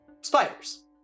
spiders